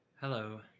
Hello